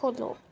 ਖੋਲ੍ਹੋ